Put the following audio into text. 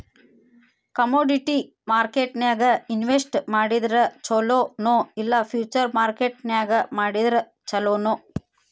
Commodity ಮಾರ್ಕೆಟ್ನ್ಯಾಗ್ invest ಮಾಡಿದ್ರ ಛೊಲೊ ನೊ ಇಲ್ಲಾ ಫ್ಯುಚರ್ ಮಾರ್ಕೆಟ್ ನ್ಯಾಗ್ ಮಾಡಿದ್ರ ಛಲೊನೊ?